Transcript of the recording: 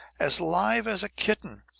as live as a kitten!